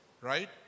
right